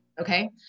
Okay